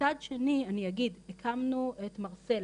מצד שני, אני אגיד, הקמנו את מרסלה,